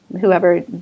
whoever